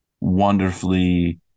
wonderfully